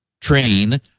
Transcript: train